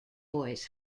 boys